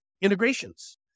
integrations